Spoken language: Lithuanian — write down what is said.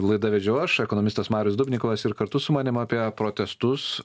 laidą vedžiau aš ekonomistas marius dubnikovas ir kartu su manim apie protestus